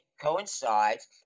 coincides